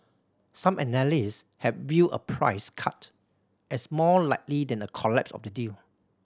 some analysts had viewed a price cut as more likely than a collapse of the deal